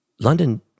London